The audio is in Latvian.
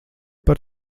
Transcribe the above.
par